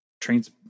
Trains